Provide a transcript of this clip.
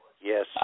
Yes